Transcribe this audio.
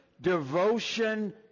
devotion